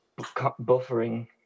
buffering